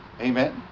Amen